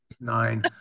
nine